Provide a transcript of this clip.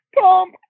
Tom